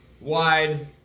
wide